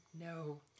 No